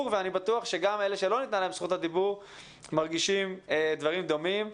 ואני בטוח שגם אלה שלא ניתנה להם זכות הדיבור מרגישים דברים דומים.